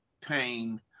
pain